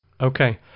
Okay